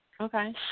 Okay